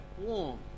warm